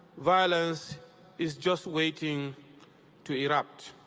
violence is just waiting to erupt.